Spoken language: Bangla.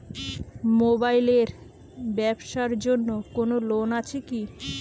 মোবাইল এর ব্যাবসার জন্য কোন লোন আছে কি?